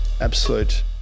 absolute